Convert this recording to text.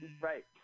Right